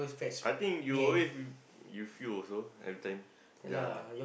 I think you always refuse also every time ya